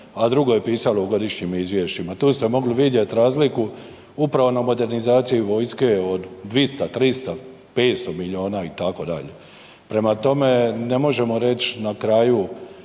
a drugo je pisalo u godišnjim izvješćima. Tu ste mogli vidjeti razliku upravo na modernizaciji vojske od 200, 300, 500 milijuna itd., prema tome ne možemo reć na kraju